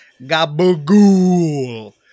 gabagool